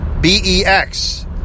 B-E-X